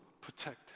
protect